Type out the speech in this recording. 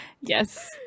yes